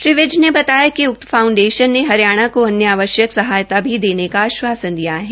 श्री विज ने बताया कि उक्त फाउंडेशन ने हरियाणा को अन्य आवश्यक सहायता भी देने का आश्वासन दिया है